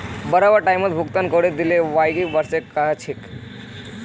बराबर टाइमत भुगतान करे दिले व्हाक वार्षिकी कहछेक